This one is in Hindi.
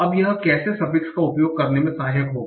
अब यह कैसे सफिक्स का उपयोग करने में सहायक होगा